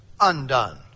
undone